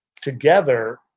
together